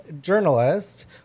journalist